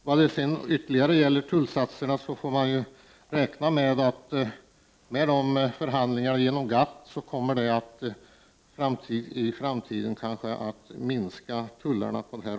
Vi får också räkna med att tullavgifterna genom GATT förhandlingarna i framtiden kommer att minska.